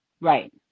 Right